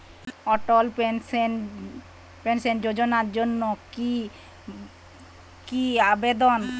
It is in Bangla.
অটল পেনশন যোজনার জন্য কি ভাবে আবেদন করতে হয়?